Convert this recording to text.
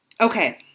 Okay